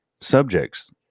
subjects